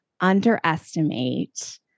underestimate